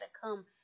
come